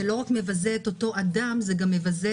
זה מבזה לא רק את אותו אדם אלא מבזה גם